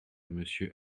monsieur